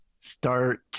Start